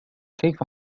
كيف